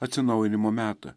atsinaujinimo metą